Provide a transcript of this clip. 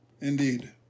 Indeed